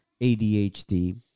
adhd